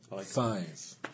five